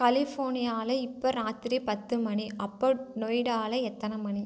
கலிஃபோர்னியாவில் இப்போ இராத்திரி பத்து மணி அப்போது நொய்டாவில் எத்தனை மணி